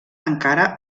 encara